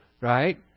Right